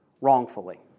wrongfully